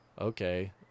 okay